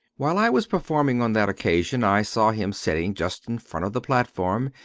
while i was performing on that occasion, i saw him sitting just in front of the platform,